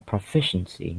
proficiency